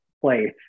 place